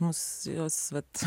mus jos vat